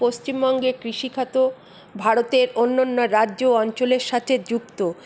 পশ্চিমবঙ্গে কৃষিখাত ভারতের অন্য অন্য রাজ্য অঞ্চলের সাথে যুক্ত